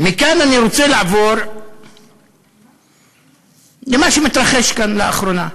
מכאן אני רוצה לעבור למה שמתרחש כאן לאחרונה,